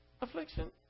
affliction